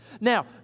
Now